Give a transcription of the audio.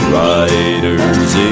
riders